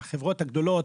החברות הגדולות,